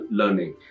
learning